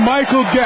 Michael